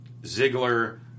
Ziggler